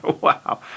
wow